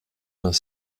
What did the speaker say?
vingt